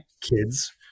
kids